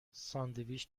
ساندویچ